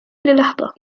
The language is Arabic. للحظة